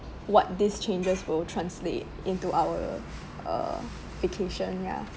what these changes will translate into our uh vacation ya